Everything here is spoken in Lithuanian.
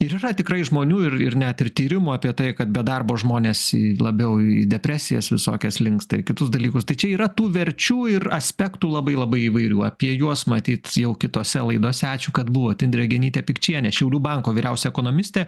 ir yra tikrai žmonių ir ir net ir tyrimų apie tai kad be darbo žmonės į labiau į depresijas visokias linksta ir kitus dalykus tai čia yra tų verčių ir aspektų labai labai įvairių apie juos matyt jau kitose laidose ačiū kad buvot indrė genytė pikčienė šiaulių banko vyriausia ekonomistė